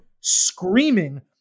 screaming